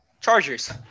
Chargers